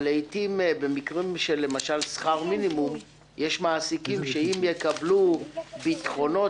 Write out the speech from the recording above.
אבל במקרים של שכר מינימום יש מעסיקים שאם יקבלו ביטחונות